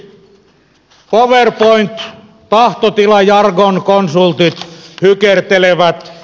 konsultit powerpoint tahtotilajargonkonsultit hykertelevät